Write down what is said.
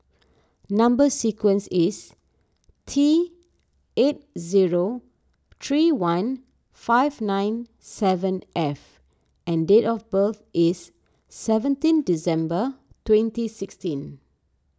Number Sequence is T eight zero three one five nine seven F and date of birth is seventeen December twenty sixteen